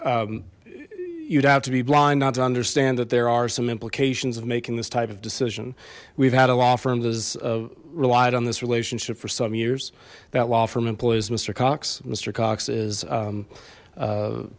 you'd have to be blind not to understand that there are some implications of making this type of decision we've had a law firms as relied on this relationship for some years that law firm employees mister cox mister cox is